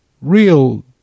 real